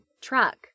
truck